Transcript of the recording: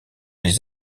les